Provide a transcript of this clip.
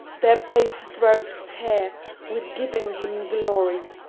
their base throats tear with giving him glory.